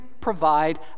provide